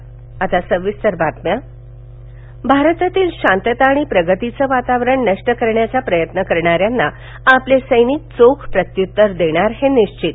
मन की बात भारतातील शांतता आणि प्रगतीचं वातावरण नष्ट करण्याचा प्रयत्न करणाऱ्यांना आपले सैनिक चोख प्रत्युत्तर देणार हे निश्वित